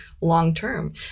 long-term